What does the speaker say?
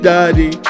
Daddy